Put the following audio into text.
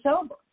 sober